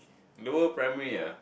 lower primary ah